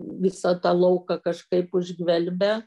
visą tą lauką kažkaip užgvelbia